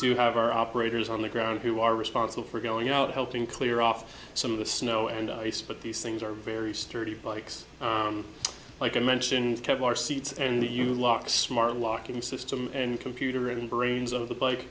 do have our operators on the ground who are responsible for going out helping clear off some of the snow and ice but these things are very sturdy bikes like i mentioned kept our seats and you lock smart locking system and computer in brains of the bike